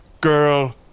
girl